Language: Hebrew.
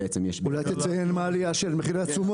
אולי תציין מה העלייה של מחיר התשומות?